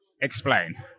Explain